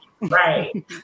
Right